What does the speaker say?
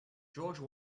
george